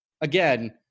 again